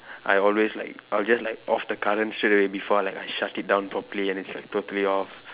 I always like I'll just like off the current straightaway before like I shut it down properly and it's like totally off